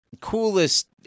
Coolest